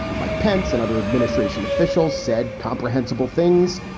mike pence and other administration officials said comprehensible things.